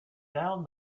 down